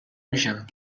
میشن